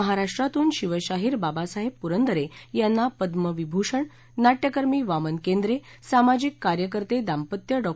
महाराष्ट्रातून शिवशाहीर बाबासाहेब पुरंदरे यांना पद्यविभूषण नाट्यकर्मी वामन केंद्रे सामाजिक कार्यकर्ते दांपत्य डॉ